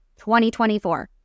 2024